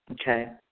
okay